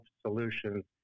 solutions